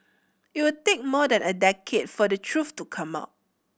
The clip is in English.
it would take more than a decade for the truth to come out